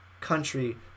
country